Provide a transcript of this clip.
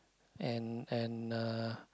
and and uh